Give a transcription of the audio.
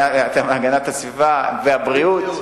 הגנת הסביבה והבריאות?